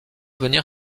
venir